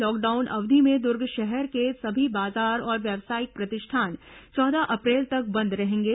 lockdown अवधि में दुर्ग शहर के सभी बाजार और व्यावसायिक प्रतिष्ठान चौदह अप्रैल तक बंद रहेंगे